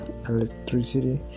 electricity